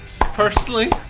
Personally